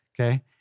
okay